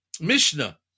Mishnah